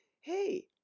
hey